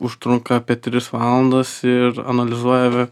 užtrunka apie tris valandas ir analizuojame